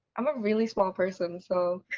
i'm a really small person. so,